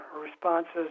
responses